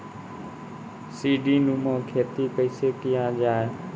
सीडीनुमा खेती कैसे किया जाय?